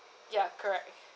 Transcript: ya correct